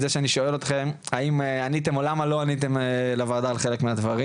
את זה שאני שואל אתכם האם עניתם או למה לא עניתם לוועדה על חלק מהדברים.